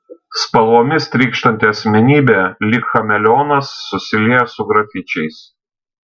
spalvomis trykštanti asmenybė lyg chameleonas susilieja su grafičiais